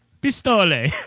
pistole